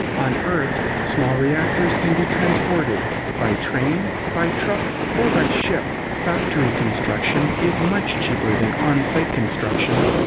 on earth, small reactors can be transported by train by truck or by ship. factory construction is much cheaper than on-site construction.